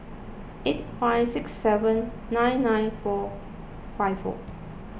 eight five six seven nine nine four five four